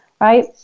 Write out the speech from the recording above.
right